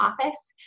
office